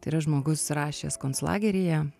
tai yra žmogus rašęs konclageryje